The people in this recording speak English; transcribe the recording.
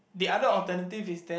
the alternative is then